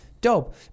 dope